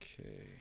okay